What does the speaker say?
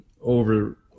over